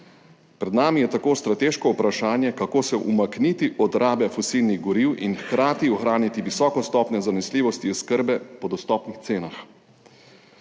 Pred nami je tako strateško vprašanje, kako se umakniti od rabe fosilnih goriv in hkrati ohraniti visoko stopnjo zanesljivosti oskrbe po dostopnih cenah.